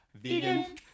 Vegan